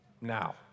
now